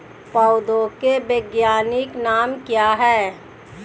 पौधों के वैज्ञानिक नाम क्या हैं?